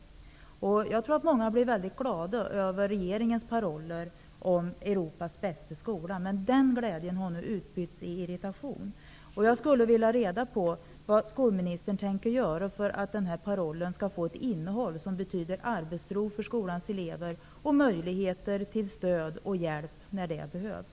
Jag tror att många blev glada över regeringens paroller om Europas bästa skola, men den glädjen har nu utbytts i irritation. Jag vill ha reda på vad skolministern tänker göra för att den parollen skall få ett innehåll som betyder arbetsro för skolans elever och möjligheter till stöd och hjälp när det behövs.